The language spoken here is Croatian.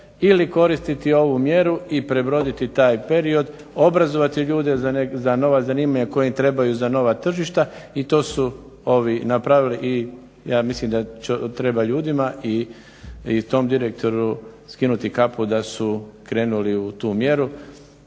ili koristiti ovu mjeru i prebroditi taj period, obrazovati ljude za nova zanimanja koja im trebaju za nova tržišta i to su ovi napravili i ja mislim da treba ljudima i tom direktoru skinuti kapu da su krenuli u tu mjeru.